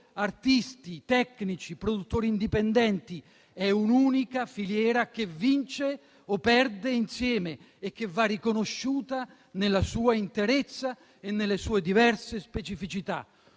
artisti, tecnici, produttori indipendenti; è un'unica filiera, che vince o perde insieme, e che va riconosciuta nella sua interezza e nelle sue diverse specificità.